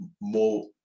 more